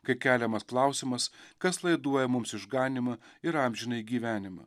kai keliamas klausimas kas laiduoja mums išganymą ir amžinąjį gyvenimą